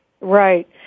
Right